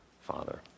Father